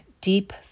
deep